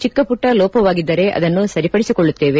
ಚಿಕ್ಕ ಪುಟ್ಟ ಲೋಪವಾಗಿದ್ದರೆ ಅದನ್ನು ಸರಿಪಡಿಸಿಕೊಳ್ಳುತ್ತೇವೆ